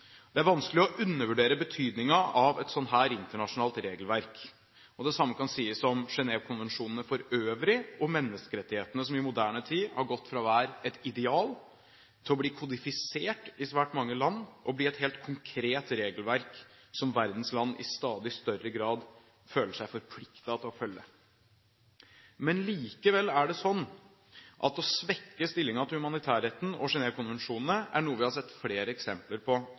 Det er vanskelig å undervurdere betydningen av et slikt internasjonalt regelverk. Det samme kan sies om Genève-konvensjonene for øvrig og menneskerettighetene, som i moderne tid har gått fra å være et ideal til å bli kodifisert i svært mange land og bli et helt konkret regelverk som verdens land i stadig større grad føler seg forpliktet til å følge. Men likevel er det sånn at å svekke stillingen til humanitærretten og Genève-konvensjonene er noe vi har sett flere eksempler på